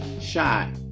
Shy